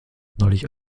neulich